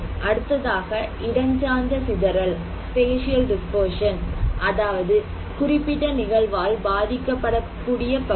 அடுத்ததாக இடஞ்சார்ந்த சிதறல் அதாவது குறிப்பிட்ட நிகழ்வால் பாதிக்கப்படக்கூடிய பகுதி